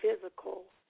physical